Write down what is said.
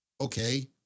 Okay